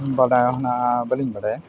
ᱵᱟᱰᱟᱭ ᱦᱚᱸ ᱱᱟᱦᱟᱜ ᱵᱟᱹᱞᱤᱧ ᱵᱟᱰᱟᱭᱟ